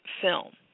film